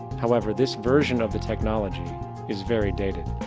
however this version of the technology is very dated.